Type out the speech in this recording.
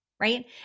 Right